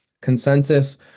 consensus